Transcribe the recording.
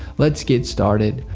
let's get started.